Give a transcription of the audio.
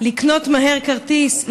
לקנות מהר כרטיס,